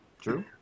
True